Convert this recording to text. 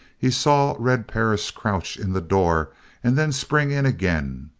he saw red perris crouch in the door and then spring in again.